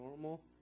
normal